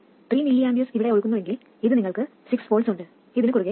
3 mA ഇവിടെ ഒഴുകുന്നുവെങ്കിൽ ഇത് നിങ്ങൾക്ക് 6 V ഉണ്ട് ഇതിന് കുറുകേ നിങ്ങൾക്ക് 0